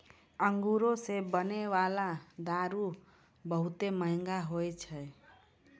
अंगूरो से बनै बाला दारू बहुते मंहगा होय छै